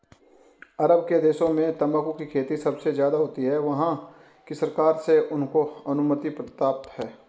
अरब के देशों में तंबाकू की खेती सबसे ज्यादा होती है वहाँ की सरकार से उनको अनुमति प्राप्त है